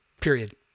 period